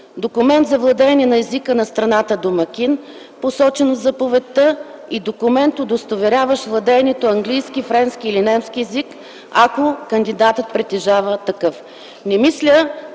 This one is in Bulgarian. документ за владеене на езика на страната домакин, посочена в заповедта, и документ, удостоверяващ владеенето на английски, френски или немски език, ако кандидатът притежава такъв.